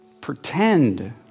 pretend